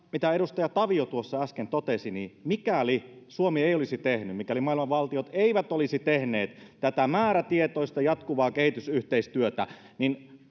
mitä edustaja tavio tuossa äsken totesi mikäli suomi ei olisi tehnyt mikäli maailman valtiot eivät olisi tehneet tätä määrätietoista jatkuvaa kehitysyhteistyötä niin